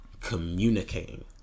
Communicating